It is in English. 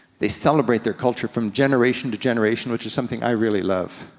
they celebrate their culture from generation to generation, which is something i really love.